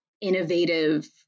innovative